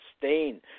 sustain